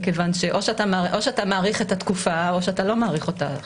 או שאתה מאריך את התקופה או שאתה לא מאריך אותה.